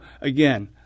again